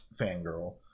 fangirl